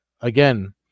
again